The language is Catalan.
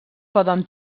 poden